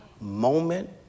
Moment